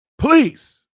please